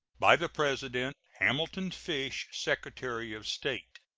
by the president hamilton fish, secretary of state.